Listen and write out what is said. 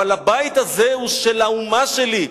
אבל הבית הזה הוא של האומה שלי,